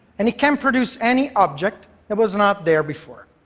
and it can produce any object that was not there before.